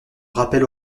rappel